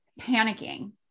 panicking